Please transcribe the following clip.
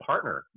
Partner